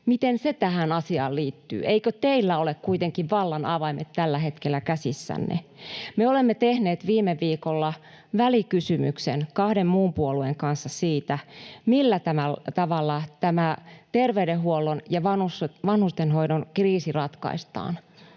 Miten se tähän asiaan liittyy? Eikö teillä ole kuitenkin vallan avaimet tällä hetkellä käsissänne? Me olemme tehneet viime viikolla välikysymyksen kahden muun puolueen kanssa siitä, millä tavalla tämä terveydenhuollon ja vanhustenhoidon kriisi ratkaistaan.